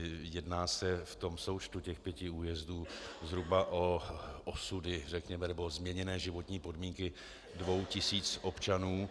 Jedná se v součtu pěti újezdů zhruba o osudy řekněme, nebo změněné životní podmínky dvou tisíc občanů.